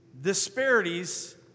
disparities